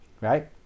Right